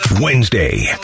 Wednesday